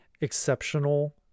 exceptional